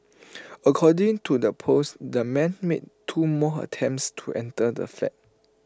according to the post the man made two more attempts to enter the flat